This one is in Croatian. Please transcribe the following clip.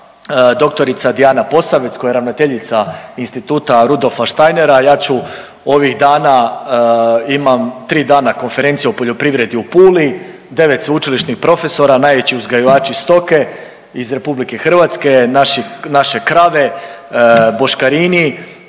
doktorica Dijana Posavec koja je ravnateljica Instituta Rudolfa Steinera ja ću ovih dana imam tri dana Konferencije o poljoprivredi u Puli, devet sveučilišnih profesora, najveći uzgajivači stoke iz RH naše krave, boškarini,